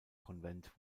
konvent